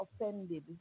offended